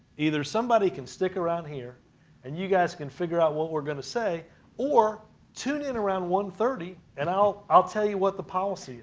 either somebody can stick around here and you can figure out what we're going to say or tune in around one thirty and i'll i'll tell you what the policy